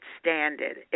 standard